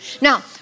Now